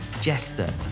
Jester